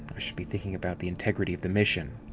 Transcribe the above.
i should be thinking about the integrity of the mission.